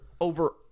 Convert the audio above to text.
over